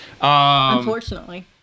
unfortunately